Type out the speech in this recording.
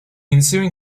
ensuing